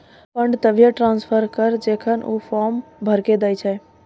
fund तभिये transfer करऽ जेखन ऊ फॉर्म भरऽ के दै छै